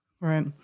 Right